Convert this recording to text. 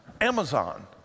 Amazon